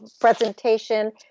presentation